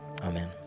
Amen